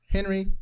Henry